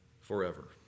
forever